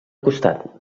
costat